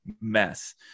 mess